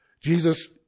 Jesus